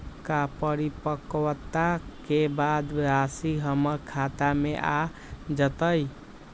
का परिपक्वता के बाद राशि हमर खाता में आ जतई?